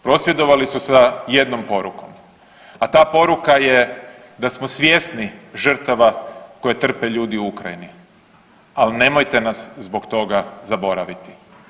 Prosvjedovali su sa jednom porukom, a ta poruka je da smo svjesni žrtava koje trpe ljudi u Ukrajini, ali nemojte nas zbog toga zaboraviti.